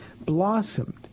blossomed